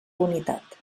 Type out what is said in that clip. unitat